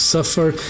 Suffer